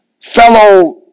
fellow